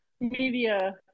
media